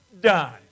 done